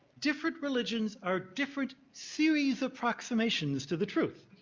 different religions are different series approximations to the truth.